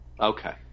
Okay